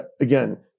again